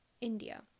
India